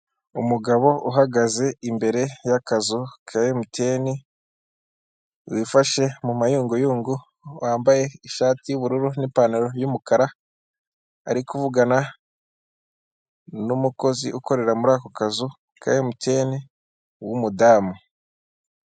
Umugabo uhagaze imbere y'akazu ka MTN wifashe mu mayunguyungu, wambaye ishati y'ubururu n'ipantaro y'umukara ari kuvugana n'umukozi ukorera muri ako kazu ka MTN w'umudamu.